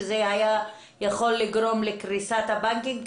זה היה יכול לגרום לקריסת הבנקים.